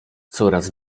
coraz